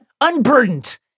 Unburdened